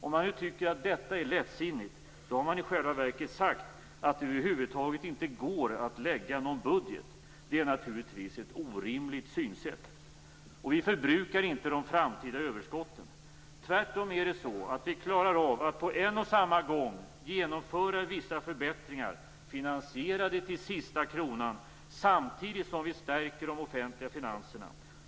Om man nu tycker att detta är lättsinnigt, har man i själva verket sagt att det över huvud taget inte går att lägga fram någon budget. Det är naturligtvis ett orimligt synsätt. Vi förbrukar inte de framtida överskotten. Tvärtom är det så att vi klarar av att på en och samma gång genomföra vissa förbättringar, finansierade till sista kronan, samtidigt som vi stärker de offentliga finanserna.